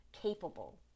capable